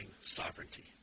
sovereignty